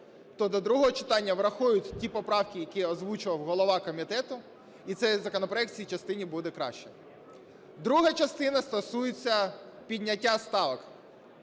то до другого читання врахують ті поправки, які озвучував голова комітету, і цей законопроект в цій частині буде краще. Друга частина стосується підняття ставок